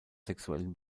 sexuellen